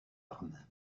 arme